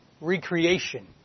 recreation